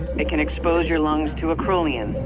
it can expose your lungs to acrolein,